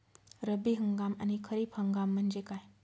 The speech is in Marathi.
रब्बी हंगाम आणि खरीप हंगाम म्हणजे काय?